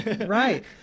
Right